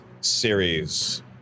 series